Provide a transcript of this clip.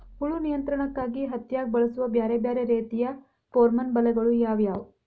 ಹುಳು ನಿಯಂತ್ರಣಕ್ಕಾಗಿ ಹತ್ತ್ಯಾಗ್ ಬಳಸುವ ಬ್ಯಾರೆ ಬ್ಯಾರೆ ರೇತಿಯ ಪೋರ್ಮನ್ ಬಲೆಗಳು ಯಾವ್ಯಾವ್?